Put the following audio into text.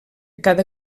cada